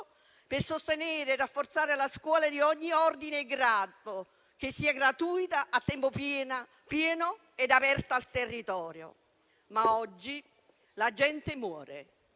per sostenere e rafforzare la scuola di ogni ordine e grado, che sia gratuita, a tempo pieno e aperta al territorio. Oggi però la gente muore.